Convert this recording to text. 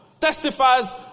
testifies